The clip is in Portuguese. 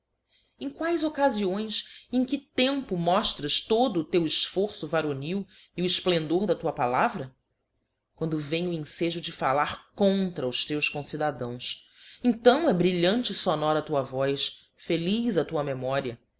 em quaes occaíioes e em que tempo moftras todo o teu efforço varonil e o efplendor da tua palavra quando vem o enfejo de fallar contra os teus concidadãos então é brilhante e fonora a tua voz feliz a tua memoria